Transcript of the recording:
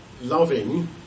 loving